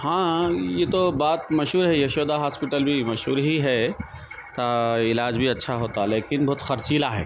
ہاں یہ تو بات مشہور ہے یشودا ہاسپیٹل بھی مشہور ہی ہے علاج بھی اچھا ہوتا ہے لیکن بہت خرچیلا ہے